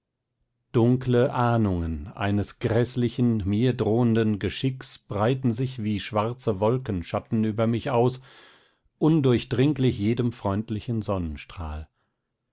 dunkle ahnungen eines gräßlichen mir drohenden geschicks breiten sich wie schwarze wolkenschatten über mich aus undurchdringlich jedem freundlichen sonnenstrahl